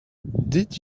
did